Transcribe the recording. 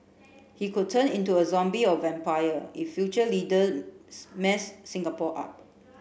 he could turn into a zombie or vampire if future leaders mess Singapore up